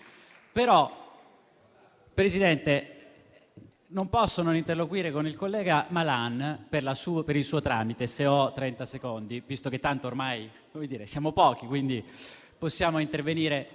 Però, Presidente, non posso non interloquire con il collega Malan (per il suo tramite), se ho trenta secondi, visto che tanto ormai siamo pochi, quindi possiamo intervenire.